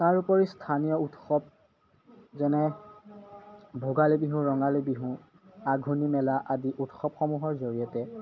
তাৰ উপৰি স্থানীয় উৎসৱ যেনে ভোগালী বিহু ৰঙালী বিহু আঘোণী মেলা আদি উৎসৱসমূহৰ জৰিয়তে